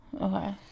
Okay